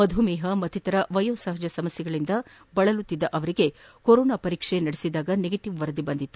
ಮಧುಮೇಹ ಮತ್ತಿತರ ವಯೋಸಹಜ ಸಮಸ್ಯೆಗಳಿಂದ ಬಳಲುತ್ತಿದ್ದ ಅವರಿಗೆ ಕೊರೊನಾ ಪರೀಕ್ಷೆ ನಡೆಬಿದಾಗ ನೆಗೆಟವ್ ವರದಿ ಬಂದಿತ್ತು